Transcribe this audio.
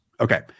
Okay